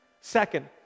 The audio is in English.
Second